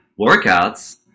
workouts